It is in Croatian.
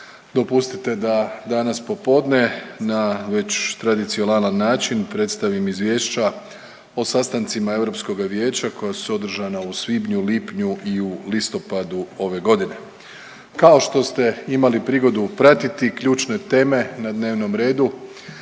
dopustite da danas popodne na već tradicionalan način predstavim izvješća o sastancima Europskoga vijeća koja su održana u svibnju, lipnju i u listopadu ove godine. Kao što ste imali prigodu pratiti ključne teme na dnevnom redu